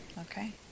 Okay